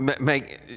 make